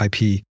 IP